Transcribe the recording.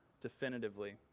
definitively